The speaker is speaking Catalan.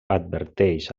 adverteix